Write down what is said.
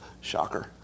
Shocker